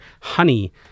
honey